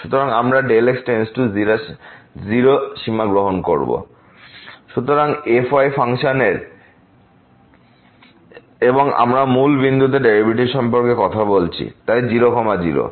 সুতরাং আমরা x → 0 সীমা গ্রহণ করব fy ফাংশনের এবং আমরা মূল বিন্দুতে ডেরিভেটিভ সম্পর্কে কথা বলছি তাই 0 0